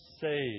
saved